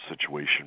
situation